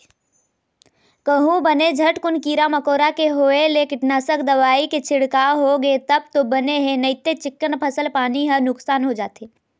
कहूँ बने झटकुन कीरा मकोरा के होय ले कीटनासक दवई के छिड़काव होगे तब तो बने हे नइते चिक्कन फसल पानी ह नुकसान हो जाथे